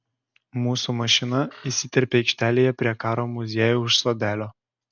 mūsų mašina įsiterpia aikštelėje prie karo muziejaus sodelio